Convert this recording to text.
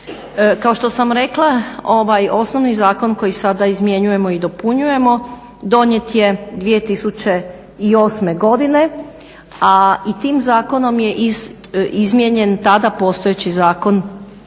Kao što sam rekla ovaj osnovni zakon koji sada izmjenjujemo i dopunjujemo donijet je 2008. godine, a i tim zakonom je izmijenjen tada postojeći zakon